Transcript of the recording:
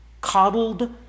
coddled